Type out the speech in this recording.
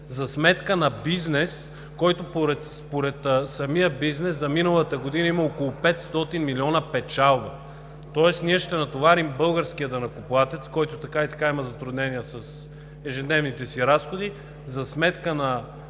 за сметка на бизнеса, като според самия бизнес за миналата година има около 500 милиона печалба. Тоест ние ще натоварим българския данъкоплатец, който така и така има затруднения с ежедневните си разходи, за сметка на